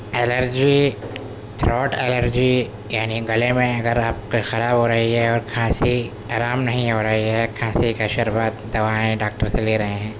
allergy throat allergy یعنی گلے میں اگر آپ کے خراب ہو رہی ہے اور کھانسی آرام نہیں ہو رہی ہے کھانسی کا شربت دوائیں ڈاکٹر سے لے رہے ہیں